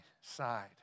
side